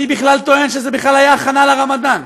אני בכלל טוען שזה בכלל היה הכנה לרמדאן,